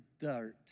dirt